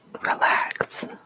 relax